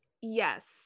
Yes